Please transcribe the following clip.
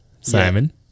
Simon